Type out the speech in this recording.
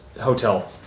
hotel